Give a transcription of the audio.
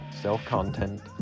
self-content